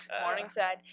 Morningside